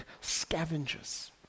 scavengers